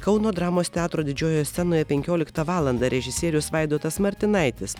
kauno dramos teatro didžiojoje scenoje penkioliktą valandą režisierius vaidotas martinaitis